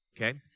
okay